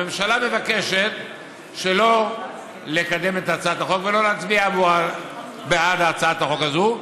הממשלה מבקשת שלא לקדם את הצעת החוק ולא להצביע בעד הצעת החוק הזו.